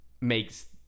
makes